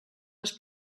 les